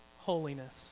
holiness